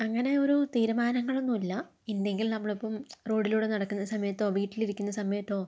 അങ്ങനെ ഒരു തീരുമാനങ്ങളൊന്നുമില്ല എന്തെങ്കിലും നമ്മൾ ഇപ്പം റോഡിലൂടെ നടക്കുന്ന സമയത്തോ വീട്ടിൽ ഇരിക്കുന്ന സമയത്തോ